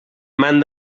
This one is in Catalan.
mans